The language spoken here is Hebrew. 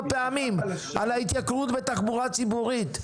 פעמים על ההתייקרות בתחבורה הציבורית,